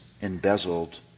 embezzled